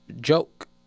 joke